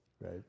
Right